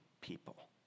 people